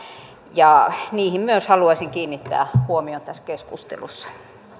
niihin myös haluaisin kiinnittää huomion tässä keskustelussa